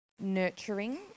nurturing